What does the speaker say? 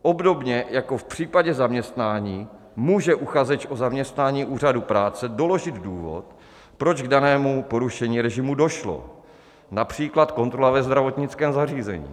Obdobně jako v případě zaměstnání může uchazeč o zaměstnání Úřadu práce doložit důvod, proč k danému porušení režimu došlo, například kontrola ve zdravotnickém zařízení.